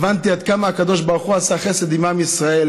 הבנתי עד כמה הקדוש ברוך הוא עשה חסד עִם עם ישראל,